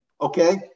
Okay